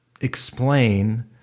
explain